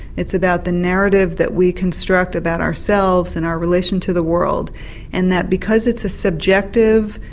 it's about the narrative that we construct about ourselves and our relation to the world and that because it's a subjective,